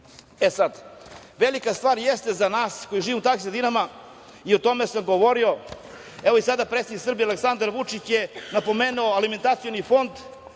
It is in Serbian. ognjištu. Velika stvar jeste za nas koji živimo u takvim stvarima, i o tome sam govorio, evo i sada je predsednik Srbije Aleksandar Vučić napomenuo alimentacioni fond.